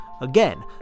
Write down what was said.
Again